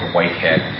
Whitehead